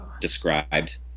described